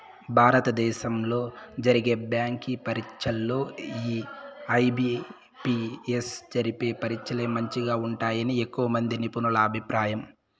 భారత దేశంలో జరిగే బ్యాంకి పరీచ్చల్లో ఈ ఐ.బి.పి.ఎస్ జరిపే పరీచ్చలే మంచిగా ఉంటాయని ఎక్కువమంది నిపునుల అభిప్రాయం